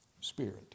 spirit